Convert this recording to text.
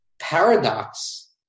paradox